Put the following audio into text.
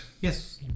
Yes